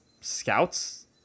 scouts